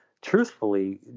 Truthfully